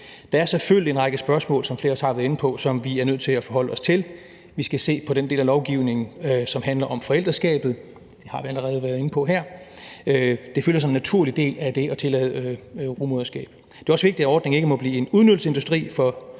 Der er selvfølgelig en række spørgsmål, som flere også har været inde på, og som vi er nødt til at forholde os til. Vi skal se på den del af lovgivningen, som handler om forældreskabet. Det har vi allerede været inde på her, og det følger som en naturlig del af det at tillade rugemoderskab. Det er også vigtigt, at ordningen ikke bliver en udnyttelsesindustri med